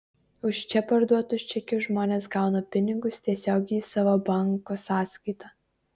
už čia parduotus čekius žmonės gauna pinigus tiesiogiai į savo banko sąskaitą